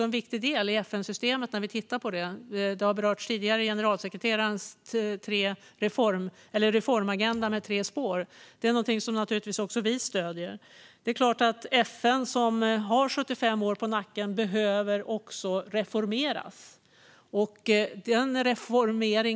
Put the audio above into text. En viktig del i FN-systemet är också generalsekreterarens reformagenda med tre spår. Den är något som naturligtvis också vi stöder. Det är klart att FN, som har 75 år på nacken, också behöver reformeras.